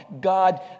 God